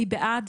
מי בעד?